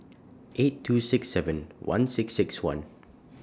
eight two six seven one six six one